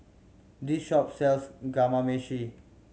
this shop sells Kamameshi